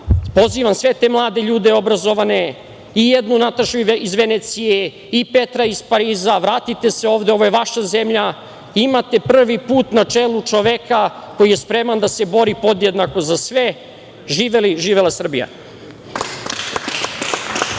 Pozivam sve te mlade ljude, obrazovane i jednu Natašu iz Venecije, i Petra iz Pariza, vratite se ovde, ovde je vaša zemlja, imate prvi put na čelu čoveka koji je spreman da se bori podjednako za sve. Živeli. Živela Srbija.